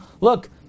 look